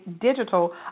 Digital